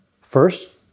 First